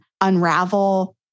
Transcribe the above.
unravel